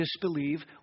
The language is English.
disbelieve